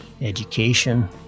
education